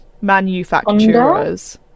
Manufacturers